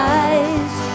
eyes